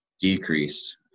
decrease